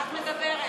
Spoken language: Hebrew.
מה את מדברת.